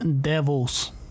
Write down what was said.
devils